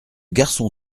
garçon